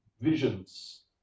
visions